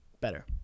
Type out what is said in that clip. better